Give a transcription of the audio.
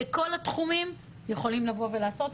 כל התחומים יכולים לבוא ולעשות,